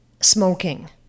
Smoking